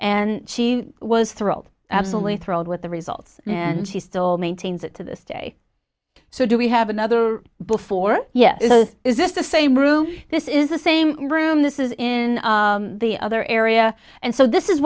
and she was thrilled absolutely thrilled with the results and she still maintains it to this day so do we have another before yet is this the same room this is the same room this is in the other area and so this is